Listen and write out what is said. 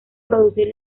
producir